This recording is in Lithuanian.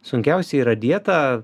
sunkiausia yra dieta